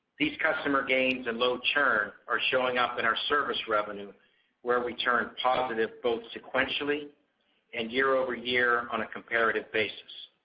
these customer gains and low churn are showing up in our service revenue where we churn positive both sequentially and year-over-year on a comparative basis.